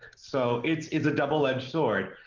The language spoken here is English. so, it's it's a double-edged sword.